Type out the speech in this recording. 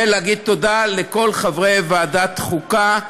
ותודה לכל חברי ועדת החוקה,